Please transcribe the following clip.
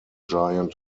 giant